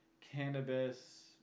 cannabis